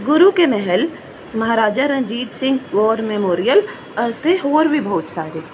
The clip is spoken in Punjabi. ਗੁਰੂ ਕੇ ਮਹਿਲ ਮਹਾਰਾਜਾ ਰਣਜੀਤ ਸਿੰਘ ਵੌਰ ਮੈਮੋਰੀਅਲ ਅਤੇ ਹੋਰ ਵੀ ਬਹੁਤ ਸਾਰੇ